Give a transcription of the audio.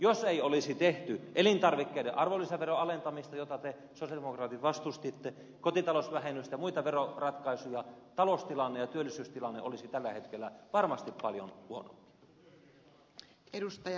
jos ei olisi tehty elintarvikkeiden arvonlisäveron alentamista jota te sosialidemokraatit vastustitte kotitalousvähennystä ja muita veroratkaisuja taloustilanne ja työllisyystilanne olisivat tällä hetkellä varmasti paljon huonommat